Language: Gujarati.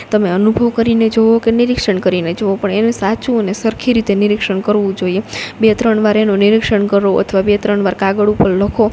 તમે અનુભવ કરીને જોવો કે નિરીક્ષણ કરીને જોવો પણ એનું સાચું અને સરખી રીતે નિરીક્ષણ કરવું જોઈએ બે ત્રણ વાર એનું નિરીક્ષણ કરો અથવા બે ત્રણ વાર કાગળ ઉપર લખો